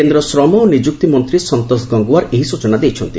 କେନ୍ଦ୍ର ଶ୍ରମ ଓ ନିଯୁକ୍ତି ମନ୍ତ୍ରୀ ସନ୍ତୋଷ ଗଙ୍ଗଓ୍ୱାର୍ ଏହି ସୂଚନା ଦେଇଛନ୍ତି